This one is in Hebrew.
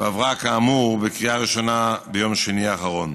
ועברה בקריאה ראשונה ביום שני האחרון.